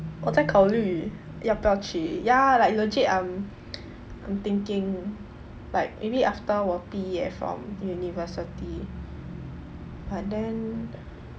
我在考虑要不要去 ya like legit I'm I'm thinking like maybe after 我毕业 from university but then